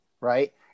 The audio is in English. right